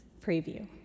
preview